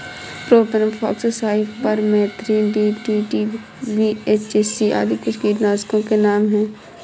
propane fox, cypermethrin, DDT, BHC आदि कुछ कीटनाशकों के नाम हैं